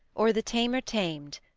or the tamer tam'd.